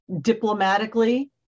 diplomatically